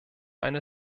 eine